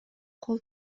кол